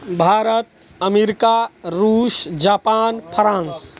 Bharat America रूस Japan France